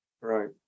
Right